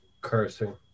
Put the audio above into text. cursing